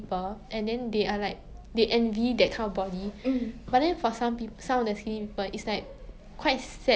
I think I sorta get it